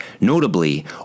Notably